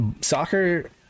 soccer